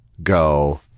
go